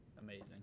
Amazing